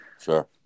Sure